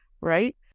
right